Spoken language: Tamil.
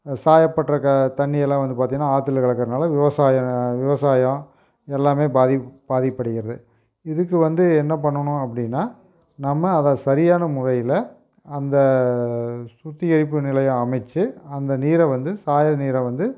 சாயப்பட்டற கா தண்ணியெலாம் வந்து பாத்திங்கனா ஆற்றில் கலக்கறதுனால விவசாயம் விவசாயம் எல்லாமே பாதிப் பாதிப்படைகிறது இதுக்கு வந்து என்னப் பண்ணணும் அப்படின்னா நம்ம அதை சரியான முறையில் அந்த சுத்திகரிப்பு நிலையம் அமைச்சி அந்த நீரை வந்து சாய நீரை வந்து